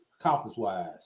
conference-wise